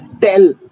tell